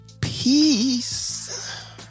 peace